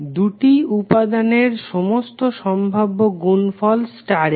দুটি উপাদানের সমস্ত সম্ভাব্য গুনফল স্টারের